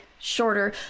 shorter